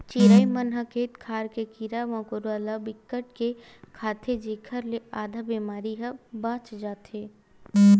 चिरई मन ह खेत खार के कीरा मकोरा ल बिकट के खाथे जेखर ले आधा बेमारी ह बाच जाथे